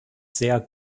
sehr